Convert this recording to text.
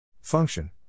Function